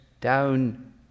down